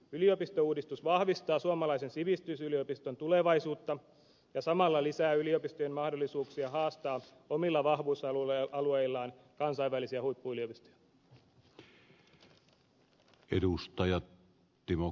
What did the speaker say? yliopistouudistus vahvistaa suomalaisen sivistysyliopiston tulevaisuutta ja samalla lisää yliopistojen mahdollisuuksia haastaa omilla vahvuusalueillaan kansainvälisiä huippuyliopistoja